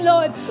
Lord